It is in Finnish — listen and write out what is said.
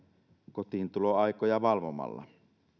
kotiintuloaikoja valvomalla